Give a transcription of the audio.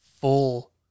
full